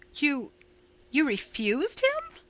you you refused him?